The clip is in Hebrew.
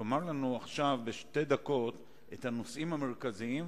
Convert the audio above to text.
תאמר לנו עכשיו בשתי דקות את הנושאים המרכזיים,